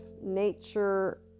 nature